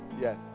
Yes